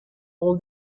all